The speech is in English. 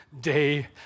day